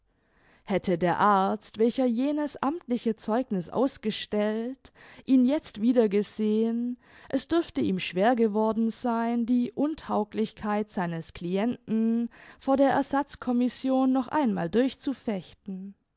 hätte der arzt welcher jenes amtliche zeugniß ausgestellt ihn jetzt wiedergesehen es dürfte ihm schwer geworden sein die untauglichkeit seines clienten vor der ersatzcommission noch einmal durchzufechten